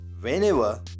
whenever